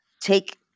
take